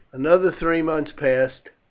another three months passed.